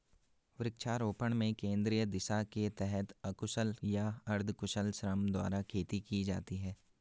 वृक्षारोपण में केंद्रीय दिशा के तहत अकुशल या अर्धकुशल श्रम द्वारा खेती की जाती है